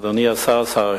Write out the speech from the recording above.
שר החינוך,